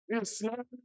Islam